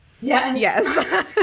Yes